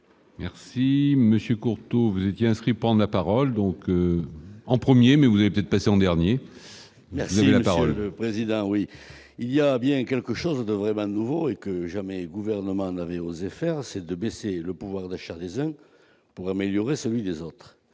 Merci monsieur Courteau vous étiez inscrit pas en a parole donc en 1er mais vous êtes passé en dernier. Merci président, oui, il y a bien quelque chose de vraiment nouveau et que jamais gouvernement n'avait osé faire c'est de baisser le pouvoir d'achat des pour améliorer celui des autres,